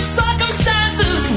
circumstances